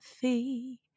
fee